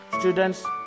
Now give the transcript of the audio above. students